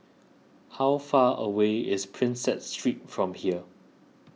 how far away is Prinsep Street from here